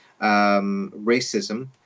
racism